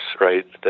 right